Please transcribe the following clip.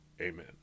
Amen